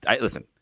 Listen